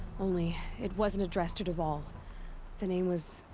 only. it wasn't addressed to dervahl. the name was.